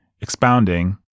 expounding